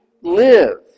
live